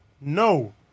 No